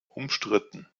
umstritten